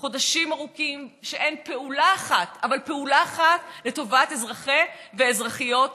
חודשים ארוכים שאין פעולה אחת לטובת אזרחי ואזרחיות ישראל.